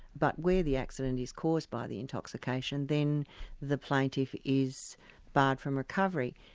but where the accident is caused by the intoxication, then the plaintiff is barred from recovery.